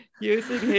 using